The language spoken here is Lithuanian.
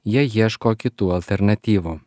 jie ieško kitų alternatyvų